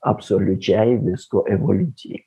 absoliučiai visko evoliucijai